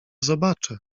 zobaczę